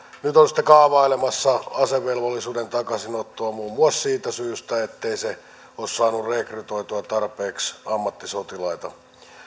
nyt on sitten kaavailemassa asevelvollisuuden takaisinottoa muun muassa siitä syystä ettei se ole saanut rekrytoitua tarpeeksi ammattisotilaita